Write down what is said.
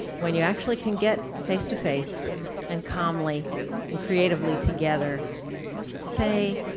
when you actually can get face-to-face and calmly and creatively together say,